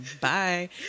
Bye